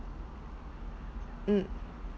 mm